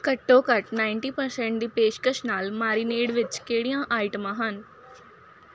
ਘੱਟੋ ਘੱਟ ninety percent ਦੀ ਪੇਸ਼ਕਸ਼ ਨਾਲ ਮਾਰੀਨੇਡ ਵਿੱਚ ਕਿਹੜੀਆਂ ਆਈਟਮਾਂ ਹਨ